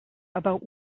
about